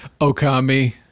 okami